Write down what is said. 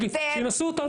שינסו אותנו.